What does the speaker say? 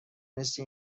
مثل